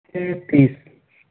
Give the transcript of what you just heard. چھ تیس